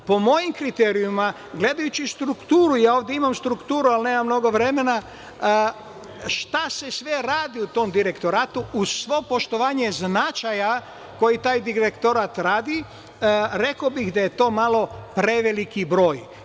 Po mojim kriterijumima, gledajući strukturu, imam je ovde, ali nemam vremena, šta se sve radi u tom direktoratu, uz svo poštovanje značaja Direktorata, rekao bih da je to malo preveliki broj.